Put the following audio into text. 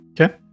Okay